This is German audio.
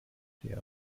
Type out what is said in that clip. der